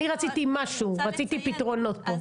אני רציתי משהו, רציתי פתרונות פה.